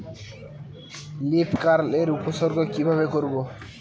Leaf curl এর উপসর্গ কিভাবে করব?